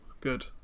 good